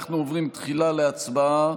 אנחנו עוברים תחילה להצבעה